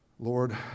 Lord